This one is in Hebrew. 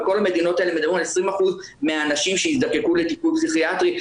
בכל המדינות האלה מדברים על 20% מהאנשים שיזדקקו לטפול פסיכיאטרי.